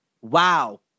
Wow